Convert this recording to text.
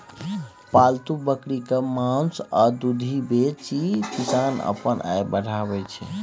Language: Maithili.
पालतु बकरीक मासु आ दुधि बेचि किसान अपन आय बढ़ाबै छै